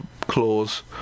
clause